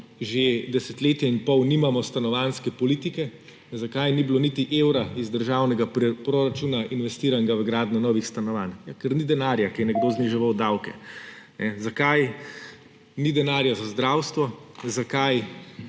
že desetletje in pol nimamo stanovanjske politike, zakaj ni bilo niti evra iz državnega proračuna investiranega v gradnjo novih stanovanj – ja, ker ni denarja, ker je nekdo zniževal davke. Zakaj ni denarja za zdravstvo, zakaj